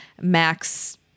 Max